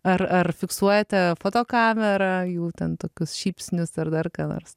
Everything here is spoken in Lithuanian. ar ar fiksuojate fotokamera jų ten tokius šypsnius ar dar ką nors